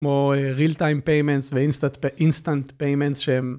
כמו real time payments ו instant payments שהם.